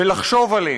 ולחשוב עליהם,